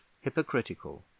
hypocritical